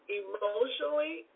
emotionally